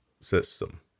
system